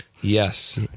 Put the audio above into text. Yes